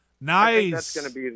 Nice